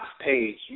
page